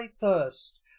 thirst